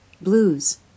Blues